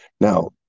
Now